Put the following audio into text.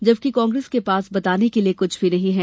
जबकि कांग्रेस के पास बताने के लिये कुछ भी नहीं है